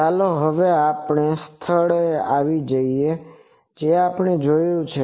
ચાલો હવે આપણે તે સ્થળે આવીએ જે આપણે જોયું છે